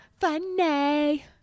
funny